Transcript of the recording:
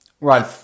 Right